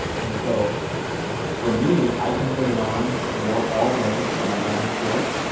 and so for me, i can put it on, work all day when i'm done with work,